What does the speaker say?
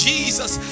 Jesus